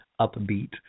upbeat